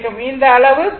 இந்த அளவு 13